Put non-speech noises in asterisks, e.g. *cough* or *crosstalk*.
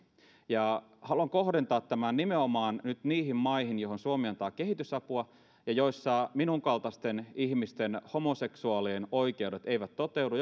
haluan kohdentaa tämän nyt nimenomaan niihin maihin joihin suomi antaa kehitysapua ja joissa minunkaltaisteni ihmisten homoseksuaalien oikeudet eivät toteudu *unintelligible*